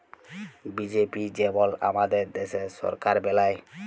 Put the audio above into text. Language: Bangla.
বিজেপি যেমল আমাদের দ্যাশের সরকার বেলায়